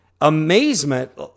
amazement